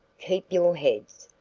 keep your heads,